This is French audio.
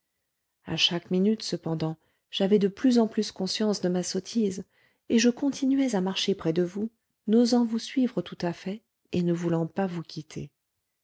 à chaque minute cependant j'avais de plus en plus conscience de ma sottise et je continuais à marcher près de vous n'osant vous suivre tout à fait et ne voulant pas vous quitter